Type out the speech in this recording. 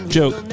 joke